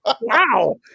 wow